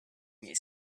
miei